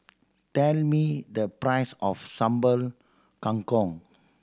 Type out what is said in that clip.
tell me the price of Sambal Kangkong